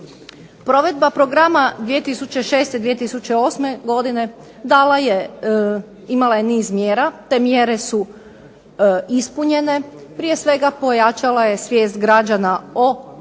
Provedba Programa 2006.-2008. godine imala je niz mjera. Te mjere su ispunjene. Prije svega pojačala je svijest građana o potrebi